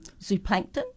zooplankton